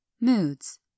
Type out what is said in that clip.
Moods